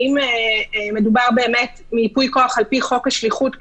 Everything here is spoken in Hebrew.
האם מדובר בייפוי כוח על פי חוק השליחות,